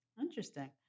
Interesting